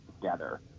together